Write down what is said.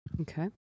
Okay